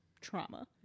trauma